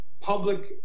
public